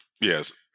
Yes